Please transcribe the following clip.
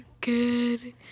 Good